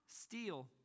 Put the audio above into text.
steal